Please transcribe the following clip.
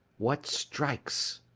what strikes?